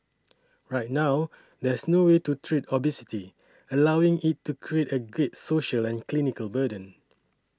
right now there's no way to treat obesity allowing it to create a great social and clinical burden